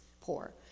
poor